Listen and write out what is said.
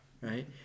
right